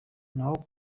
naho